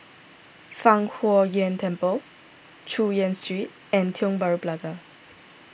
Fang Huo Yuan Temple Chu Yen Street and Tiong Bahru Plaza